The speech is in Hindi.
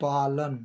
पालन